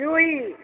जूही